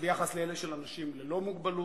ביחס לאלה של אנשים ללא מוגבלות,